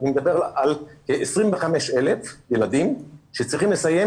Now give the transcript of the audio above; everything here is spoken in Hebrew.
אני מדבר על כ-25,000 ילדים שצריכים לסיים